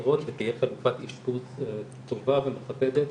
פתרון ותהיה חלופת אשפוז טובה ומכבדת